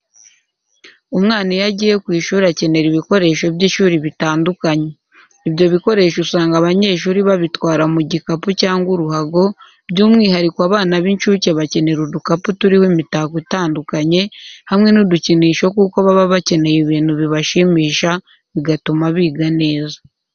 Umwana iyo agiye ku ishuri akenera ibikoresho by'ishuri bitandukanye. Ibyo bikoresho usanga abanyeshuri babitwara mu gikapu cyangwa uruhago, by'umwihariko abana b'incuke bakenera udukapu turiho imitako itandukanye, hamwe n'udukinisho kuko baba bakeneye ibintu bibashimisha, bigatuma biga neza.